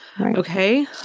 Okay